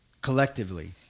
collectively